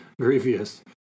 Grievous